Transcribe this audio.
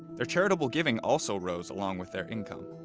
their charitable giving also rose along with their income.